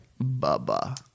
Baba